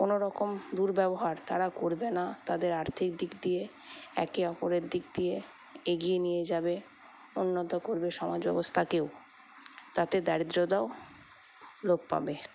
কোনোরকম দুর্ব্যবহার তারা কারা করবে না তাদের আর্থিক দিক দিয়ে একে অপরের দিক দিয়ে এগিয়ে নিয়ে যাবে উন্নত করবে সমাজ ব্যবস্থাকেও তাতে দারিদ্রতাও লোপ পাবে